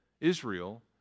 Israel